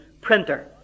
printer